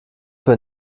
für